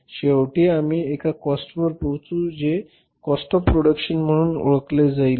शेवटी आम्ही एका काॅस्टवर पोचू जे काॅस्ट ऑफ प्रोडक्शन म्हणून ओळखले जाईल